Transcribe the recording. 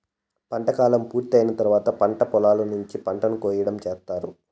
పంట కాలం పూర్తి అయిన తర్వాత పంట పొలాల నుంచి పంటను కోయటం చేత్తారు